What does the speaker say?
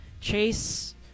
chase